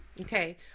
Okay